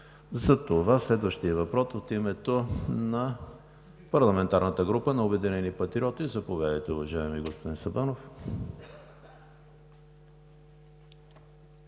Затова следващият въпрос е от името на парламентарната група на „Обединени патриоти“. Заповядайте, уважаеми господин Сабанов.